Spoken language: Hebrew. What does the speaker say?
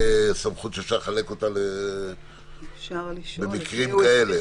סמכות שאי-אפשר לחלק אותה במקרים כאלה?